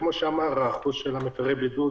כמו שנאמר, אחוז מפרי הבידוד